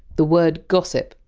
the word! gossip!